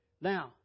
Now